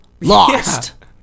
lost